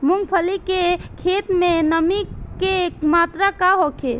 मूँगफली के खेत में नमी के मात्रा का होखे?